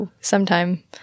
sometime